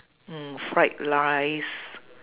mm fried rice